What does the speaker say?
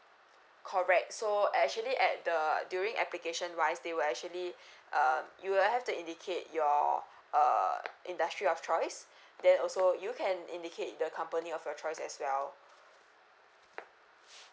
correct so actually at the during application wise they will actually um you will have to indicate your uh industry of choice then also you can indicate the company of your choice as well